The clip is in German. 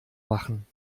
machen